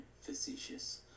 facetious